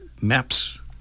MAPS